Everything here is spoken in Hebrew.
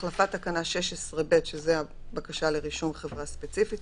החלפת תקנה 16ב זו הבקשה המקוונת לרישום חברה ספציפית.